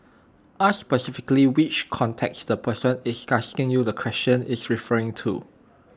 ask specifically which context the person is asking you the question is referring to